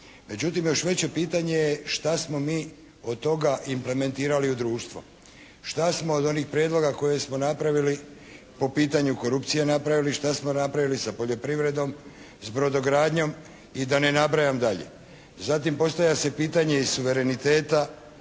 Međutim, još veće pitanje je, šta smo mi od toga implementirali u društvo? Šta smo od onih prijedloga koje smo napravili po pitanju korupcije napravili? Šta smo napravili sa poljoprivredom, s brodogradnjom? I da na nabrajam dalje. Zatim, postavlja se pitanje i suvereniteta